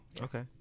Okay